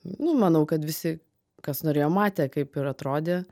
nu manau kad visi kas norėjo matė kaip ir atrodė